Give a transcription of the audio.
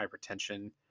hypertension